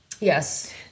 Yes